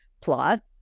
plot